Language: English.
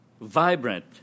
vibrant